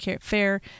fair